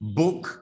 book